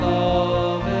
love